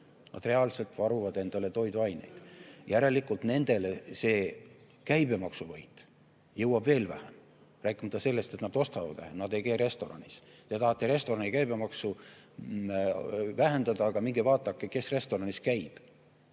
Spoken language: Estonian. Nad reaalselt varuvad endale toiduaineid. Järelikult nendeni see käibemaksuvõit jõuab veel vähem. Rääkimata sellest, et nad ostavad vähem, nad ei käi ka restoranis. Te tahate restorani käibemaksu vähendada, aga minge vaadake, kes restoranis käivad.